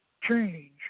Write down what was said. change